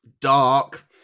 dark